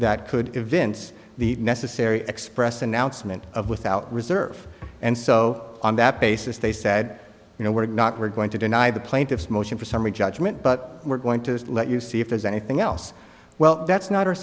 that could events the necessary express announcement of without reserve and so on that basis they said you know we're not we're going to deny the plaintiffs motion for summary judgment but we're going to let you see if there's anything else well that's not our